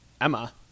Emma